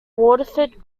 waterford